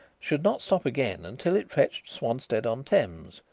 should not stop again until it fetched swanstead on thames,